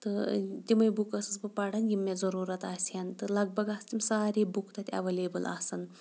تہٕ تِمَے بُکہٕ ٲسٕس بہٕ پَران یِم مےٚ ضروٗرت آسہِ ہن تہٕ لگ بگ آسہٕ تِم سارے بُکہٕ تَتہِ ایٚولیبٕل آسان